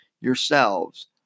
yourselves